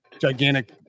gigantic